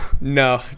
No